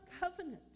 covenant